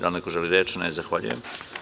Da li neko želi reč? (Ne) Zahvaljujem.